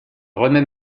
remets